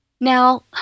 Now